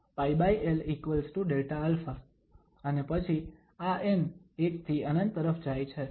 અને પછી આ n 1 થી ∞ તરફ જાય છે